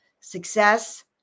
success